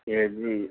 اے جی